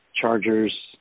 Chargers